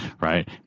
Right